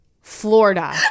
Florida